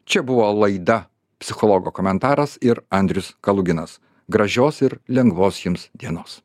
čia buvo laida psichologo komentaras ir andrius kaluginas gražios ir lengvos jums dienos